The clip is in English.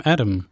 Adam